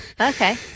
okay